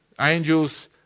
Angels